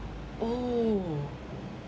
oh